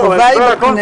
אין חובה.